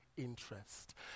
Interest